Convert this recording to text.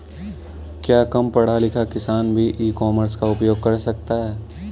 क्या कम पढ़ा लिखा किसान भी ई कॉमर्स का उपयोग कर सकता है?